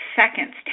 seconds